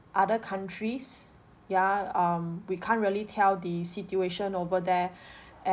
other countries ya um we can't really tell the situation over there